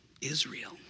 Israel